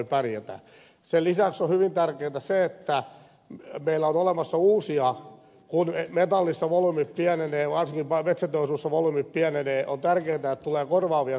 sen lisäksi on hyvin tärkeää se että meillä on olemassa uusia työpaikkoja kun metallissa volyymit pienenevät varsinkin metsäteollisuudessa volyymit pienenevät että tulee korvaavia työpaikkoja